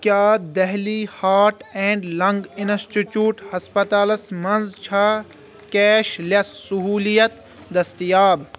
کیٛاہ Delhi heart and lung institute ہسپتالَس منٛز چھا کیش لیٚس صحولیت دٔستیاب؟